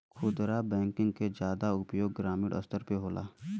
खुदरा बैंकिंग के जादा उपयोग ग्रामीन स्तर पे होला